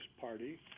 Party